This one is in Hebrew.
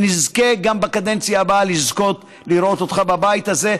נזכה גם בקדנציה הבאה לזכות לראות אותך בבית הזה.